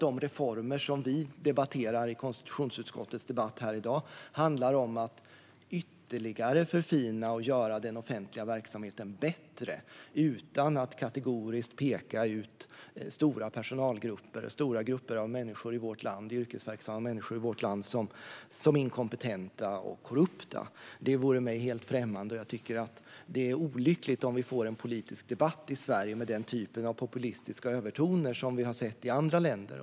De reformer som vi debatterar i konstitutionsutskottets debatt i dag handlar om att ytterligare förfina den offentliga verksamheten och göra den bättre utan att kategoriskt peka ut stora grupper av yrkesverksamma människor i vårt land som inkompetenta och korrupta. Det vore mig helt främmande. Det är olyckligt om vi får en politisk debatt i Sverige med den typen av populistiska övertoner som vi har sett i andra länder.